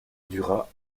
dura